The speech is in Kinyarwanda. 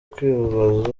kwibaza